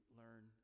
learn